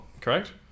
correct